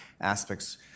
aspects